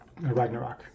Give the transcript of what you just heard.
Ragnarok